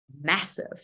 massive